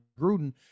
Gruden